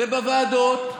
ובוועדות,